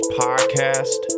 podcast